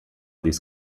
these